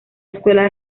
escuela